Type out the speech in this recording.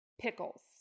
pickles